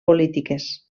polítiques